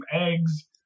eggs